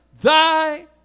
Thy